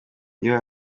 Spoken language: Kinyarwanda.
iyo